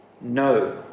no